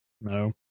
No